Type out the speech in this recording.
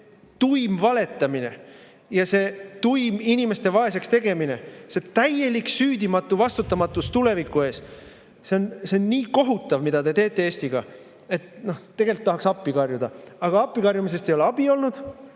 tuim valetamine ja tuim inimeste vaeseks tegemine, see täielik süüdimatu vastutamatus tuleviku ees! See on nii kohutav, mida te teete Eestiga, et tegelikult tahaks appi karjuda. Aga appi karjumisest ei ole abi olnud.